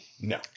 no